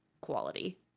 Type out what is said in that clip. quality